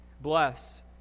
Bless